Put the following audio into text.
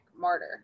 martyr